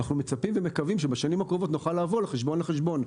אנחנו מצפים ומקווים שבשנים האחרונות נוכל לעבור מחשבון לחשבון.